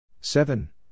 seven